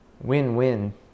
win-win